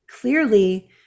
clearly